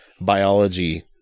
biology